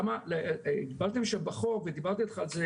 למה הגבלתם שם בחוק ודיברתי איתך על חבר